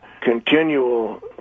continual